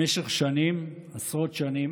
במשך שנים, עשרות שנים,